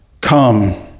Come